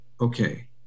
okay